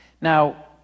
Now